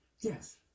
Yes